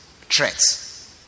threats